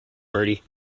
bertie